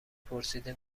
پرسیده